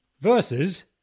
Versus